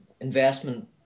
investment